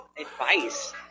advice